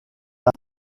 art